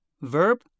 verb